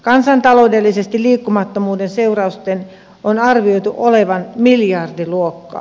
kansantaloudellisesti liikkumattomuuden seurausten on arvioitu olevan miljardiluokkaa